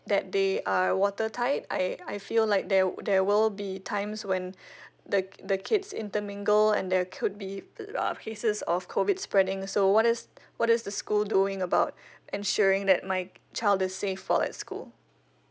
that they are water tight I I feel like there there will be times when the the kids intermingle and there could be uh cases of COVID spreading so what is what is the school doing about ensuring that my child is safe for at school